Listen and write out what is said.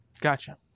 Gotcha